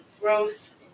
growth